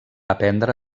aprendre